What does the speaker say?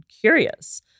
curious